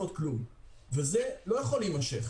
מאלו שאתם עושים.